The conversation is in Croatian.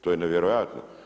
To je nevjerojatno.